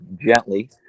gently